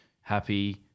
happy